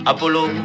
Apollo